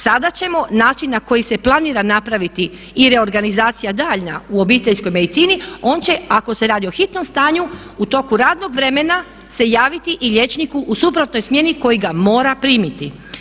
Sada ćemo način na koji se planira napraviti i reorganizacija daljnja u obiteljskoj medicini, on će ako se radi o hitnom stanju u toku radnog vremena se javiti i liječniku u suprotnoj smjeni koja ga mora primiti.